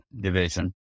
division